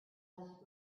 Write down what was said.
left